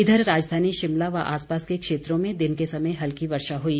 इधर राजधानी शिमला व आसपास के क्षेत्रों में दिन के समय हल्की वर्षा हुई